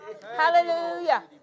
Hallelujah